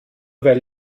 weil